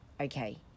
Okay